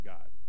God